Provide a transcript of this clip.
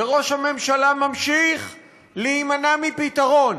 וראש הממשלה ממשיך להימנע מפתרון,